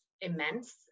immense